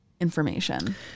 information